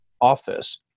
office